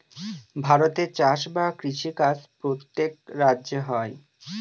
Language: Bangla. ভারতে চাষ বা কৃষি কাজ প্রত্যেক রাজ্যে হয়